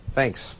Thanks